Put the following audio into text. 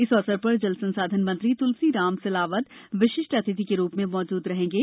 इस अवसर पर जल संसाधन मंत्री त्लसीराम सिलावट विशिष्ट अतिथि के रूप में मौजूद रहेंगे